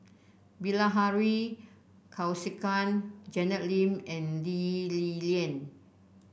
Bilahari Kausikan Janet Lim and Lee Li Lian